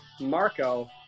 Marco